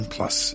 Plus